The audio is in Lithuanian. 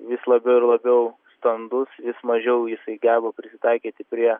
vis labiau ir labiau standus vis mažiau jisai geba prisitaikyti prie